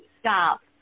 stop